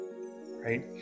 Right